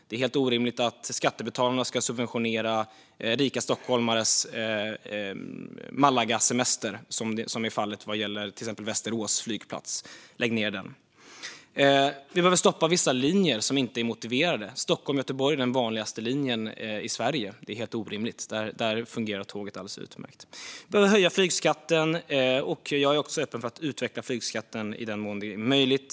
Det är helt orimligt att skattebetalarna ska subventionera rika stockholmares Málagasemestrar, vilket är fallet vad gäller till exempel Västerås flygplats. Lägg ned den! Vi behöver också stoppa vissa linjer som inte är motiverade. Stockholm-Göteborg är den vanligaste linjen i Sverige, och det är helt orimligt. Där fungerar tåget alldeles utmärkt. Vi behöver höja flygskatten. Jag är också öppen för att utveckla flygskatten i den mån det är möjligt.